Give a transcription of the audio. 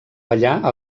ballar